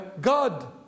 God